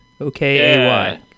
okay